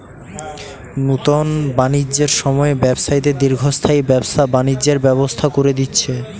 নুতন বাণিজ্যের সময়ে ব্যবসায়ীদের দীর্ঘস্থায়ী ব্যবসা বাণিজ্যের ব্যবস্থা কোরে দিচ্ছে